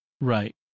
Right